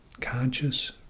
Conscious